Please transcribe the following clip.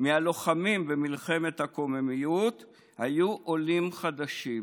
מהלוחמים במלחמת הקוממיות היו עולים חדשים,